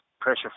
pressure